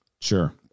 Sure